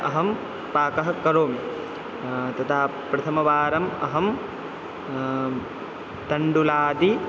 अहं पाकं करोमि तदा प्रथमवारम् अहं तण्डुलादि